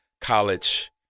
college